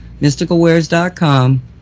mysticalwares.com